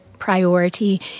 priority